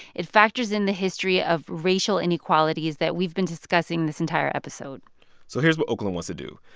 it factors in the history of racial inequalities that we've been discussing this entire episode so here's what oakland wants to do.